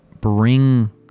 bring